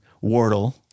Wardle